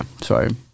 sorry